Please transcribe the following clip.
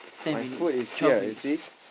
my food is here you see